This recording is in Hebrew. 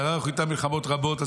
ויערוך אתם מלחמות רבות".